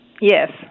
Yes